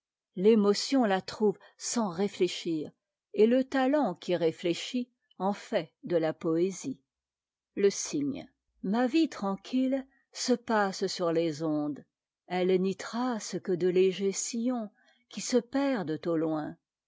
l'émotion la trouve sans récéchir et le talent qui réfléchit en fait de la poésie ri e cygne ma vie tranquille se passe sur tes ondes elle n'y trace que de légers sillons qui se perdent au loin